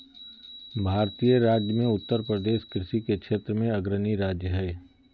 भारतीय राज्य मे उत्तरप्रदेश कृषि के क्षेत्र मे अग्रणी राज्य हय